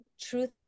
truth